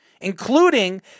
including